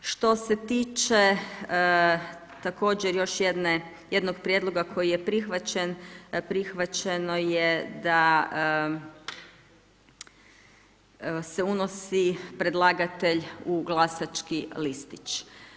Što se tiče također još jednog prijedloga koji je prihvaćen, prihvaćeno je da se unosi predlagatelj u glasački listić.